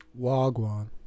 wagwan